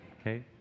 okay